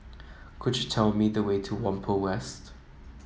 could you tell me the way to Whampoa West